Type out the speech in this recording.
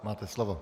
Máte slovo.